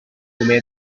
come